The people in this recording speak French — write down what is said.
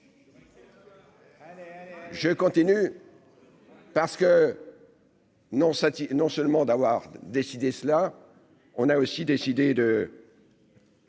Je continue parce que. Non, ça, non seulement d'avoir décidé cela, on a aussi décidé de.